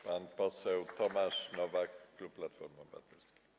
Pan poseł Tomasz Nowak, klub Platforma Obywatelska.